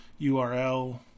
url